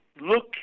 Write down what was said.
look